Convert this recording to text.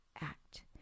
act